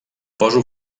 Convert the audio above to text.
poso